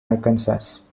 arkansas